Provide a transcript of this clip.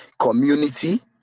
Community